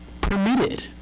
permitted